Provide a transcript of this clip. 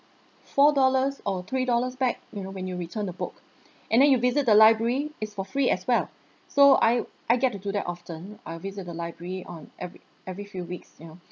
four dollars or three dollars back you know when you return the book and then you visit the library it's for free as well so I I get to do that often I visit the library on every every few weeks you know